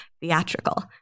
theatrical